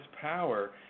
power